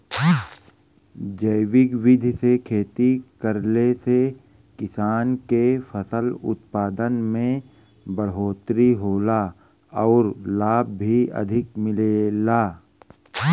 जैविक विधि से खेती करले से किसान के फसल उत्पादन में बढ़ोतरी होला आउर लाभ भी अधिक मिलेला